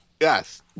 Yes